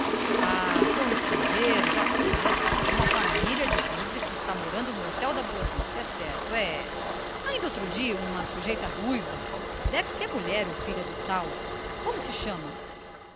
ah são estrangeiros já sei já sei é uma família de bifes que está morando no hotel da boavista é certo agora me lembro que ainda estoutrdia uma sujeita ruiva deve ser mulher ou filha do tal como se chama